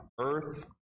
earth